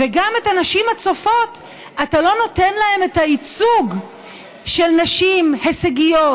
וגם לנשים הצופות אתה לא נותן את הייצוג של נשים הישגיות,